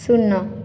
ଶୂନ